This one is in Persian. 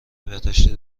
بهداشتی